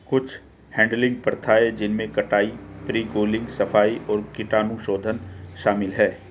कुछ हैडलिंग प्रथाएं जिनमें कटाई, प्री कूलिंग, सफाई और कीटाणुशोधन शामिल है